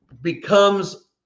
becomes